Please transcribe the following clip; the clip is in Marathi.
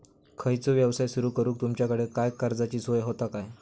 खयचो यवसाय सुरू करूक तुमच्याकडे काय कर्जाची सोय होता काय?